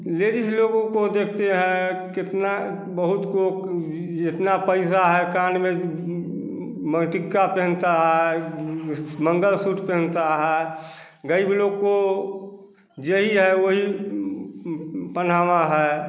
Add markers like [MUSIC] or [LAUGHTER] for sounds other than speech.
ladies लोगों को देखते हैं कितना बहुत को जितना पैसा है [UNINTELLIGIBLE] में मनटिक्का पहनता है मंगल सूत्र पहनते हैं ग़रीब लोग को जो ही है वही पहनावा है